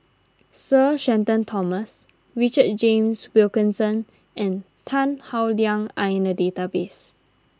Sir Shenton Thomas Richard James Wilkinson and Tan Howe Liang are in the database